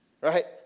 right